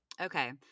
Okay